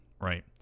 right